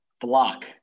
block